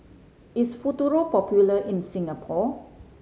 is Futuro popular in Singapore